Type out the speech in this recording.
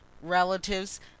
relatives